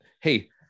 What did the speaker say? hey